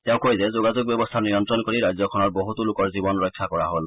তেওঁ কয় যে যোগাযোগ ব্যৰস্থা নিয়ন্ত্ৰণ কৰি ৰাজ্যখনৰ বহুতো লোকৰ জীৱন ৰক্ষা কৰা হ'ল